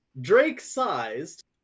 drake-sized